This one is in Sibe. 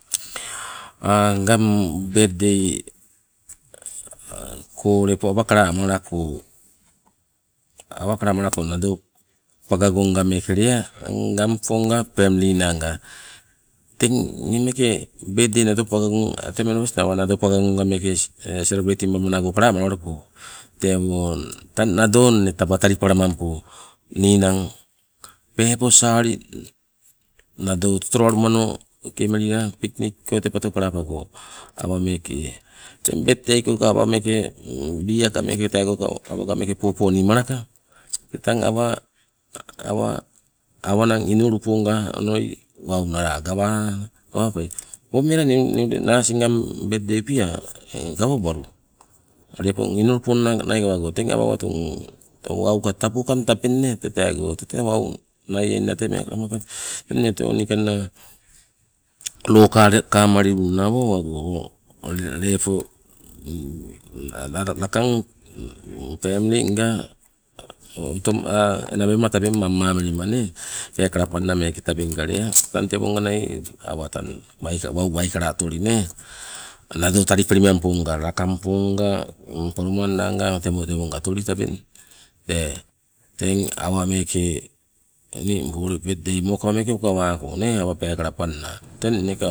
ngang bet dei ko awa kalamalako, awa kalamalako nado pagagonga meeke lea ngang ponga femli nanga, teng nii meeke menabasto nii nado pagagonga selebreiting bamana kalamalawaluko tewo tang nado inne taba talipalamampo ninang peepo saali nado otolowalumanoke melila piknik koi tee tewato kalapago awa meeke. Teng bet dei koi ka awaga meeke beer ka meeke nii awaga teego popo malaka, tee tang awa- awa awanang inuluponga onoi wau nala gawala. Opong melang nii nala asing ngang bet dei upia gawabalu, lepo inuluponna nai gawago teng awa owatu wauka tabokang tabeng nee teego tee wau naieingna. Teng inne tee o loo kamalilunna inne awa owago lepo lakang femlinga otom mammalima nee peekala panna meeke tabeng ka lea, tang wau waikala otoleli nee tewonga talipelimamponga lakang poloman nanga tewonga otoi tabeng tee. Teng awa meeke ningpo ule bet dei mokawa ukawako nee onawa peekala panna teng inne ka